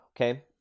okay